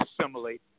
assimilate